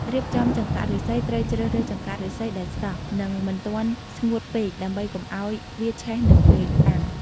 រៀបចំចង្កាក់ឫស្សីត្រូវជ្រើសរើស ចង្កាក់ឫស្សី ដែលស្រស់ និងមិនទាន់ស្ងួតពេក ដើម្បីកុំឲ្យវាឆេះនៅពេលអាំង។